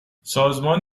سازمان